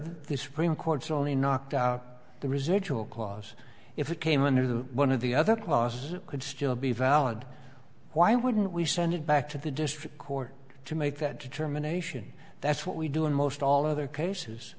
the supreme court's only knocked out the residual clause if it came in one of the other clause could still be valid why would we send it back to the district court to make that determination that's what we do in most all other cases